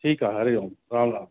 ठीकु आहे हरि ओम राम राम